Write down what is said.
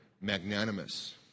magnanimous